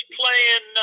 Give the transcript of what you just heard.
playing